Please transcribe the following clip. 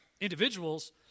individuals